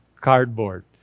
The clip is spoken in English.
cardboard